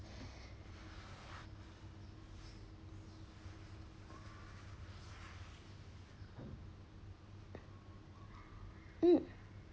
mm